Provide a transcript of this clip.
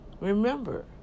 remember